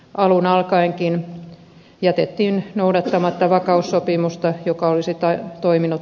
alun alkaenkin jätettiin noudattamatta vakaussopimusta joka olisi toiminut kontrollina